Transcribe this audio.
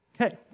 Okay